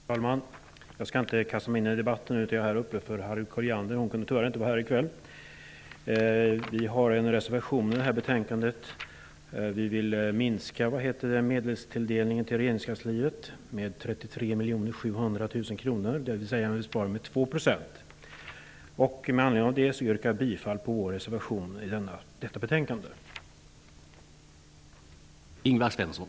Herr talman! Jag skall inte kasta mig in i debatten. Jag går upp i talarstolen därför att Harriet Colliander, tyvärr, inte kunde vara här i kväll. Vi har en reservation fogad till betänkandet. Vi vill nämligen minska medelstilldelningen beträffande regeringskansliet med 33 700 000 kr, dvs. med 2 %. Med anledning härav yrkar jag bifall till vår reservation.